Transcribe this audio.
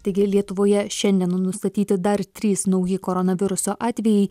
taigi lietuvoje šiandieną nustatyti dar trys nauji koronaviruso atvejai